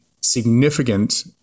significant